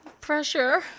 pressure